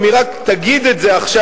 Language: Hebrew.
אם היא רק תגיד את זה עכשיו,